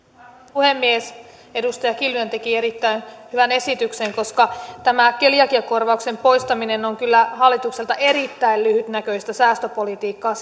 puhemies edustaja kiljunen teki erittäin hyvän esityksen koska tämä keliakiakorvauksen poistaminen on kyllä hallitukselta erittäin lyhytnäköistä säästöpolitiikkaa